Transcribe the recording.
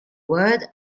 word